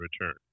return